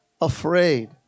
afraid